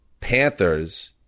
Panthers